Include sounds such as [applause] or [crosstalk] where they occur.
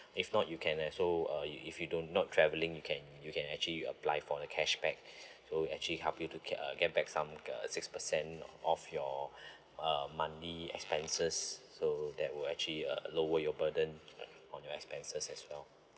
if not you can uh so uh if~ if you do not travelling you can you can actually apply for a cashback [breath] so actually help you to get uh get back some uh six percent of your [breath] um monthly expenses so there will actually uh lower your burden on your expenses as well